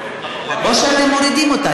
או שאתם מורידים אותה?